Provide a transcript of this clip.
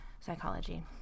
psychology